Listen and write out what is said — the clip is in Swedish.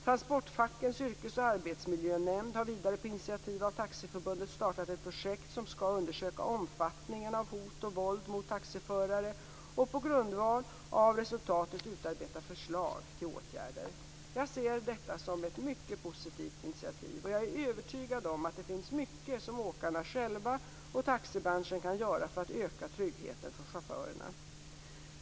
Transportfackens Yrkes och Arbetsmiljönämnd har vidare på initiativ av Taxiförbundet startat ett projekt som skall undersöka omfattningen av hot och våld mot taxiförare och på grundval av dessa resultat utarbeta förslag till åtgärder. Jag ser detta som ett mycket positivt initiativ, och jag är övertygad om att det finns mycket som åkarna själva och taxibranschen kan göra för att öka tryggheten för chaufförerna.